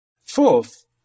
Fourth